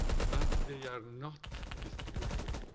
but they are not distributed.